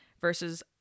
versus